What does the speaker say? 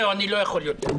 זהו, אני לא יכול יותר.